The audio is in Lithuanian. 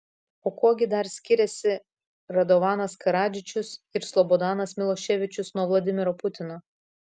o kuo gi dar skiriasi radovanas karadžičius ir slobodanas miloševičius nuo vladimiro putino